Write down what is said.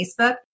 Facebook